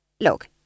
Look